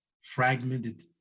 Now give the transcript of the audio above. fragmented